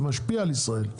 משפיע על ישראל.